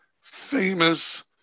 famous